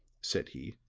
said he,